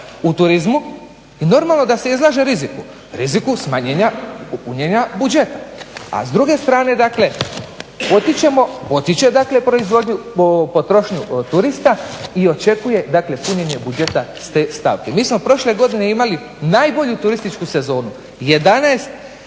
u turizmu i normalno da se izlaže riziku. Riziku smanjenja u punjenju budžeta. A s druge strane dakle potiče dakle potrošnju turista i očekuje dakle punjenje budžeta s te stavke. Mi smo prošle godine imali najbolju turističku sezonu, 11,5